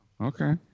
Okay